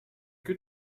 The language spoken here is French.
que